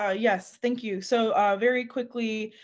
ah yes, thank you, so very quickly.